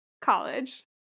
college